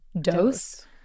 dose